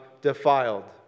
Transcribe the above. defiled